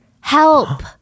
Help